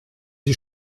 die